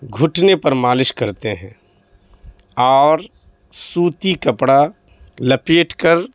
گھٹنے پر مالش کرتے ہیں اور سوتی کپڑا لپیٹ کر